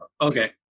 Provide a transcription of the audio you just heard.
Okay